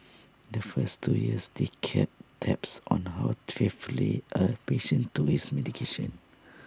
the first two years they kept tabs on how faithfully A patient took his medication